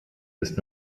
ist